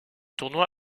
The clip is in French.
tournoi